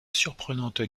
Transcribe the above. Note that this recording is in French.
surprenante